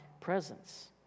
presence